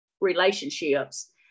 relationships